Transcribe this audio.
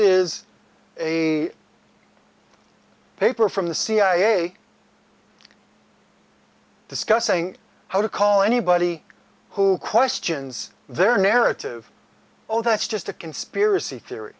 is a paper from the cia discussing how to call anybody who questions their narrative oh that's just a conspiracy theory